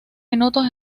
minutos